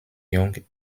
young